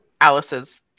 Alice's